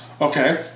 Okay